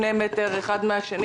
שני מטרים האחד מן השני,